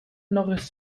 norris